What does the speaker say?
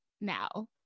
now